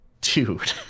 dude